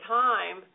time